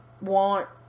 want